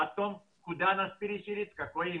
היא נמצאת בשכונת